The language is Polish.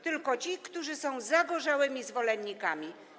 Tylko ci, którzy są zagorzałymi zwolennikami.